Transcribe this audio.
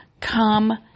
come